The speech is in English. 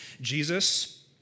Jesus